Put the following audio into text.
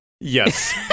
Yes